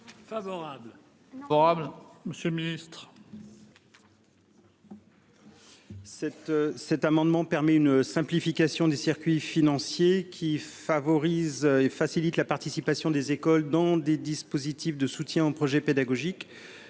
favorable, Monsieur le Ministre.